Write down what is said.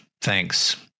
thanks